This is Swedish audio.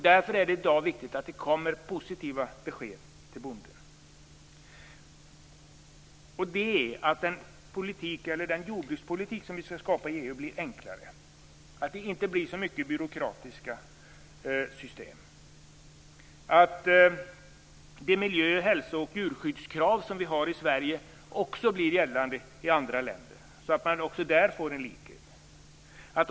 Därför är det i dag viktigt att det kommer positiva besked till bonden. Den jordbrukspolitik som vi skall skapa inom EU bör bli enklare. Det skall inte bli så mycket byråkratiska system. De miljö-, hälso och djurskyddskrav som vi har i Sverige bör bli gällande även i andra länder så att man också där får en likhet.